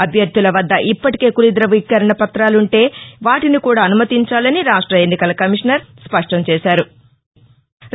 అభ్యర్దుల వద్ద ఇప్పటికే కులద్బవీకరణ పత్రాలుంటే వాటిని కూడా అనుమతించాలని రాష్ట ఎన్నికల కమిషనర్ స్పష్ణం చేశారు